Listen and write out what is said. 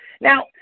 Now